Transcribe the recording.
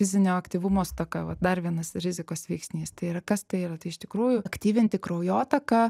fizinio aktyvumo stoka vat dar vienas rizikos veiksnys tai yra kas tai yra tai iš tikrųjų aktyvinti kraujotaką